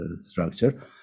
structure